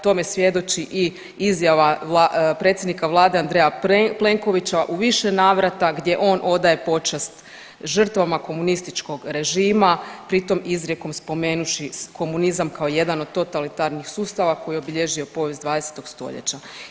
Tome svjedoči i izjava predsjednika vlade Andreja Plenkovića u više navrata gdje on odaje počast žrtvama komunističkog režima, pri tom izrijekom spomenuvši komunizam kao jedan od totalitarnih sustava koji je obilježio povijest 20. stoljeća.